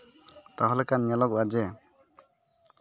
ᱛᱟᱦᱚᱞᱮ ᱠᱷᱟᱱ ᱧᱮᱞᱚᱜᱚᱜᱼᱟ ᱡᱮ